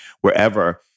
wherever